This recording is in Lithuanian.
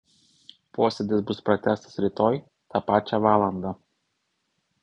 posėdis bus pratęstas rytoj tą pačią valandą